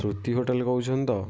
ସୃତି hotel କହୁଛନ୍ତି ତ